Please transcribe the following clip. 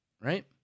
right